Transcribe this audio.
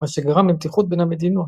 מה שגרם למתיחות בין המדינות.